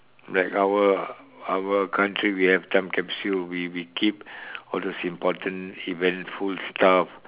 like our our country we have time capsule we we keep all those important eventful stuff